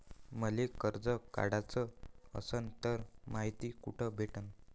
मले कर्ज काढाच असनं तर मायती कुठ भेटनं?